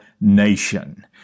nation